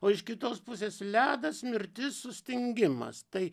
o iš kitos pusės ledas mirtis sustingimas tai